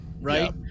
Right